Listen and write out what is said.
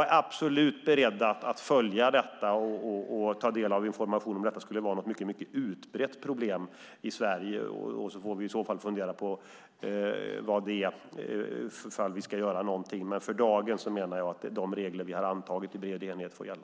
är absolut beredd att följa detta och ta del av informationen om det skulle vara ett mycket utbrett problem i Sverige. Vi får i så fall fundera på i fall vi ska göra någonting. Men för dagen menar jag att de regler vi har antagit i bred enighet får gälla.